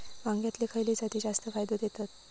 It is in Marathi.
वांग्यातले खयले जाती जास्त फायदो देतत?